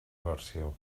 versió